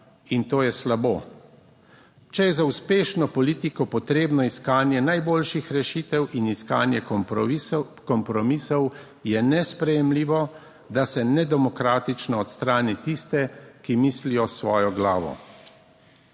In to je slabo. Če je za uspešno politiko potrebno iskanje najboljših rešitev in iskanje kompromisov, je nesprejemljivo, da se nedemokratično odstrani tiste, ki mislijo s svojo glavo.